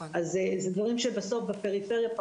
אז זה דברים שבסוף בפריפריה,